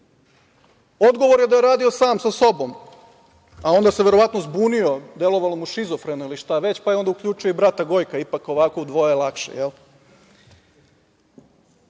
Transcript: Odgovor je da je radio sam sa sobom, a onda se verovatno zbunio, delovalo mu je šizofreno ili šta već, pa je onda uključio i brata Gojka, ipak ovako u dvoje je